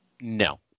No